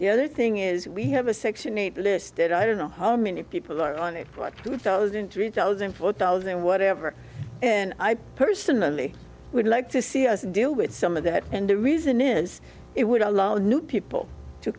the other thing is we have a section eight listed i don't know how many people are on it but two thousand three thousand four thousand whatever and i personally would like to see us deal with some of that and the reason is it would allow the new people to